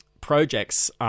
projects